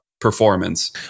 performance